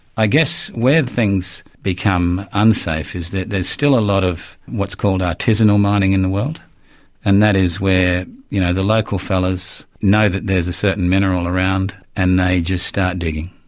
i guess where things become unsafe is that there's still a lot of what's called artisanal mining in the world and that is where you know the local fellas know that there's a certain mineral around and they just start digging.